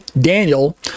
daniel